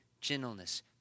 gentleness